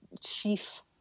chief